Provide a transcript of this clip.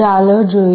ચાલો જોઈએ